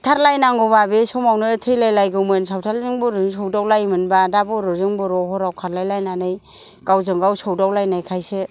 बुथार लायनांगौबा बे समावनो थैलाय लायगौमोन सावथालजों बर'जों सौदाव लायोमोनबा दा बर'जों बर' हराव खारलायलायनानै गावजोंगाव सोवदावलायनाय खायसो